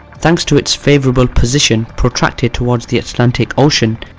thanks to its favourable position protracted towards the atlantic ocean,